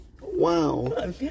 Wow